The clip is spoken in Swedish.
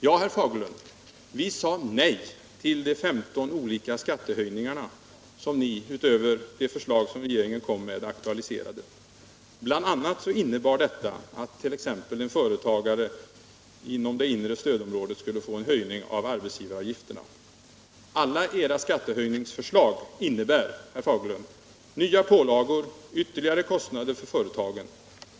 Ja, herr Fagerlund, vi sade nej till de 15 olika skattehöjningarna som ni utöver de förslag som regeringen kom med aktualiserade. Bl. a. innebar detta att t.ex. en företagare inom det inre stödområdet skulle få en höjning av arbetsgivaravgifterna. Alla era skattehöjningsförslag innebar, herr Fagerlund, nya pålagor, ytterligare kostnader för företagen.